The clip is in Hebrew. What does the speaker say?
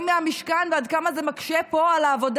מהמשכן ועד כמה זה מקשה פה על העבודה.